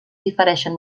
difereixen